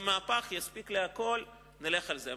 וזה מהפך וזה יספיק להכול, נלך על זה.